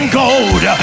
gold